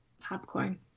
Popcorn